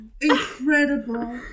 incredible